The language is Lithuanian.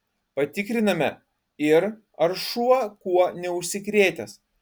patikriname ir ar šuo kuo neužsikrėtęs